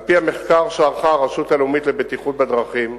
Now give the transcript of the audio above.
על-פי המחקר שערכה הרשות הלאומית לבטיחות בדרכים,